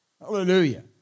Hallelujah